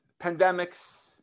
pandemics